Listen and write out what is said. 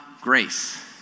grace